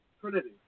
Trinity